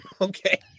Okay